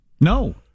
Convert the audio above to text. No